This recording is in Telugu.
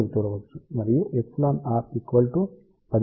మరియు εr 10 వద్ద సామర్థ్యం చాలా తక్కువగా ఉన్నది